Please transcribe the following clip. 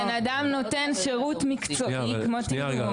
כשבן אדם נותן שירות מקצועי כמו תרגום,